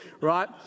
right